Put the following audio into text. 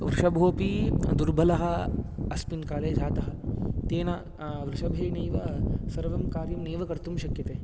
वृषभोपि दुर्बलः अस्मिन् काले जातः तेन वृषभेनैव सर्वं कार्यं नैव कर्तुं शक्यते